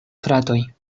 fratoj